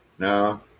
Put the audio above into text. No